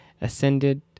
ascended